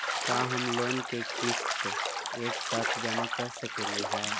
का हम लोन के किस्त एक साथ जमा कर सकली हे?